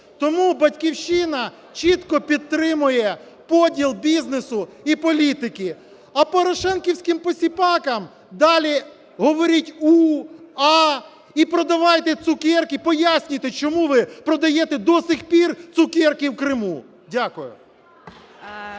Тому "Батьківщина" чітко підтримує поділ бізнесу і політики. А порошенківським посіпакам, далі говоріть "у", "а" і продавайте цукерки, пояснюйте, чому ви продаєте до цих пір цукерки в Криму. Дякую.